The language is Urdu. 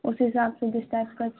اس حساب سے ڈسکس کر